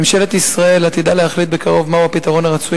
ממשלת ישראל עתידה להחליט בקרוב מהו הפתרון הרצוי